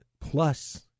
plus